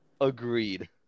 Agreed